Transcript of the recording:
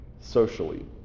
socially